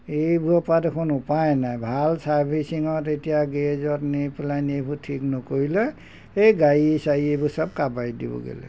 এইবোৰৰ পা দেখোন উপায় নাই ভাল ছাৰ্ভিচিঙত এতিয়া গেৰেজত নি পেলাই নি এবোৰ ঠিক নকৰিলে এই গাড়ী চাৰি এইবোৰ চব কাবাৰিক দিবগৈ লাগিব